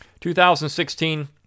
2016